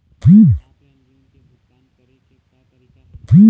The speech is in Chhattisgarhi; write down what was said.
ऑफलाइन ऋण के भुगतान करे के का तरीका हे?